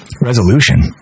resolution